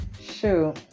shoot